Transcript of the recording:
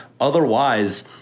Otherwise